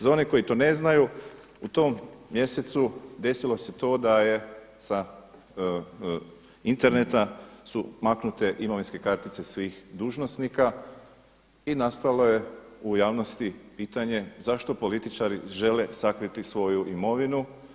Za one koji to ne znaju, u tom mjesecu desilo se to da je sa Interneta su maknute imovinske kartice svih dužnosnika i nastalo je u javnosti pitanje zašto političari žele sakriti svoju imovinu?